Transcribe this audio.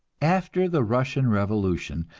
after the russian revolution,